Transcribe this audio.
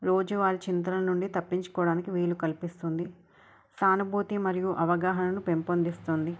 రోజు వారి చింతల నుండి తప్పించుకోవడానికి వీలు కల్పిస్తుంది సానుభూతి మరియు అవగాహనను పెంపొందిస్తుంది